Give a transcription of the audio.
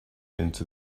into